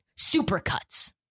supercuts